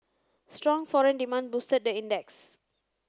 strong foreign demand boosted the index